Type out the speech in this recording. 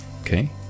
okay